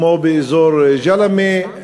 כמו באזור ג'למה,